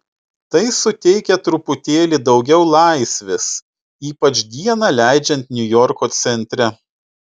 tai suteikia truputėlį daugiau laisvės ypač dieną leidžiant niujorko centre